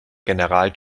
general